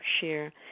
share